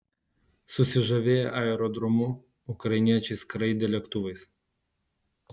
susižavėję aerodromu ukrainiečiai skraidė lėktuvais